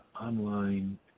online